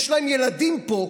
יש להם ילדים פה,